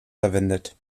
verwendet